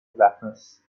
blackness